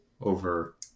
over